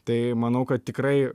tai manau kad tikrai